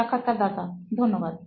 সাক্ষাৎকারদাতা ধন্যবাদ